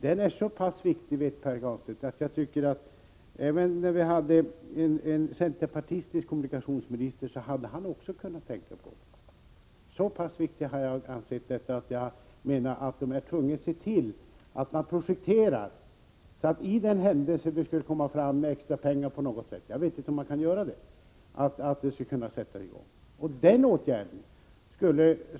Den är så viktig, vet Pär Granstedt, att jag tycker att även den tidigare centerpartistiske kommunikationsministern borde ha kunnat tänka på denna bro. Jag menar att vi är tvungna att se till att man nu projekterar, så att bygget kan sättas i gång i den händelse att det på något sätt skulle komma fram extra pengar — jag vet dock inte om det är möjligt.